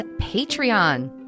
Patreon